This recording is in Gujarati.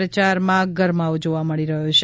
પ્રચારમાં ગરમાવો જોવા મળી રહ્યો છે